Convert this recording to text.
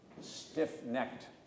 stiff-necked